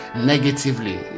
negatively